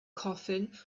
coffin